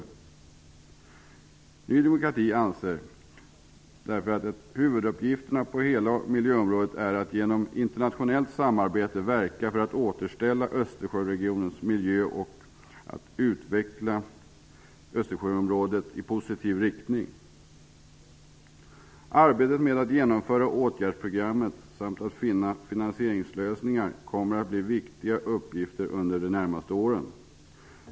Vi i Ny demokrati anser därför att huvuduppgifterna på hela miljöområdet är att genom internationellt samarbete verka för att återställa Östersjöregionens miljö och för att utveckla Östersjöområdet i positiv riktning. Arbetet med att genomföra åtgärdsprogrammet samt att finna finansieringslösningar kommer att bli viktigt under de närmaste åren.